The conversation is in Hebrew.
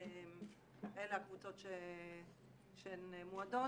אלה הקבוצות שהן מועדות.